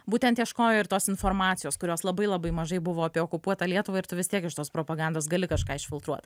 būtent ieškojo ir tos informacijos kurios labai labai mažai buvo apie okupuotą lietuvą ir tu vis tiek iš tos propagandos gali kažką išfiltruot